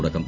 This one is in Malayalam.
തുടക്കം